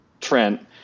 trent